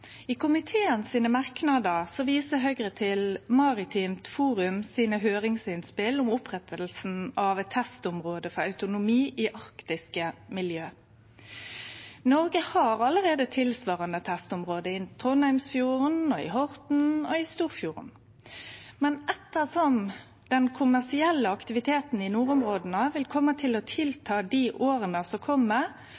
I komitémerknadene viser Høgre til høyringsinnspela frå Maritimt Forum om opprettinga av eit testområde for autonomi i arktisk miljø. Noreg har allereie tilsvarande testområde i Trondheimsfjorden, i Horten og i Storfjorden. Men ettersom den kommersielle aktiviteten i nordområda vil kome til å